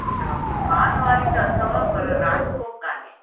अच्छा पान वारी त अथव पर राजभोग कोन्हे